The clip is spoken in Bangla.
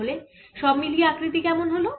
তাহলে সব মিলিয়ে আকৃতি কেমন হল